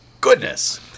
goodness